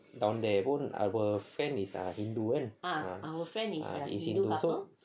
down there pun our friend is a hindu kan